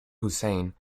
hussain